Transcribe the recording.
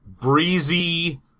breezy